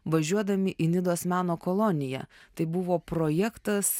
važiuodami į nidos meno koloniją tai buvo projektas